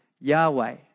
Yahweh